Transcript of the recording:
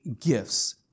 gifts